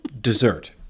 dessert